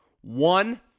One